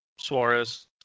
Suarez